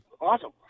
Awesome